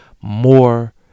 more